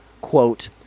Quote